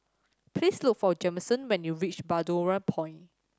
please look for Jameson when you reach Balmoral Point